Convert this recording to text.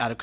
out of